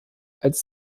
als